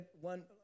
one